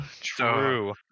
True